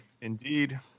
Indeed